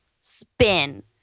spin